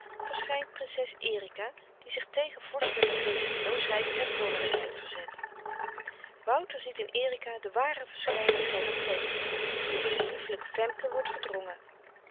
verschijnt prinses erica die zich tegen vorstelijke geesteloosheid en vormelijkheid verzet wouter ziet in erica de ware verschijning zijner fancy door wie de liefelijke femke wordt verdrongen